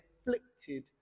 afflicted